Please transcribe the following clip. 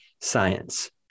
science